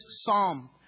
psalm